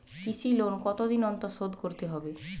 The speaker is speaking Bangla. কৃষি লোন কতদিন অন্তর শোধ করতে হবে?